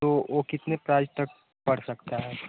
तो वह कितने प्राइज तक पड़ सकता है